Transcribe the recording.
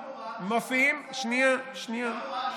גם הוראת שעה, מופיעים, שנייה, שנייה.